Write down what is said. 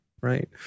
Right